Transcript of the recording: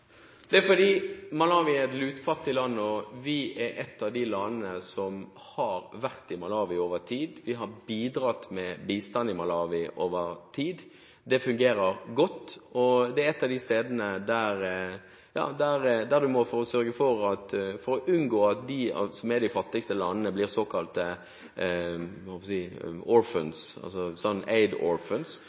Det er fordi Malawi er et lutfattig land, og vi er et av de landene som har vært i Malawi over tid. Vi har bidratt med bistand i Malawi over tid. Det fungerer godt. Det er et av de stedene der noen land, for å unngå at de fattigste landene blir såkalte